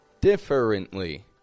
differently